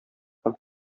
һәм